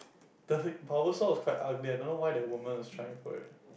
the Bulbasaur was quite ugly I don't know why that woman was trying for it